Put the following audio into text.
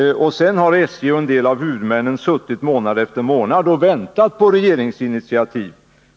Och sedan har SJ och en del av huvudmännen suttit i månad efter månad och väntat på regeringsinitiativ.